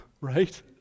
right